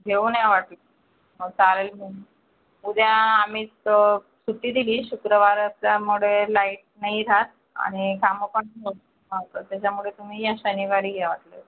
घेऊन या वाटल्यास हो चालेल मग उद्या आम्ही स सुट्टी दिली शुक्रवार असल्यामुळे लाईट नाही राहत आणि कामं पण होत नव्हतं त्याच्यामुळे तुम्ही या शनिवारी या वाटल्यास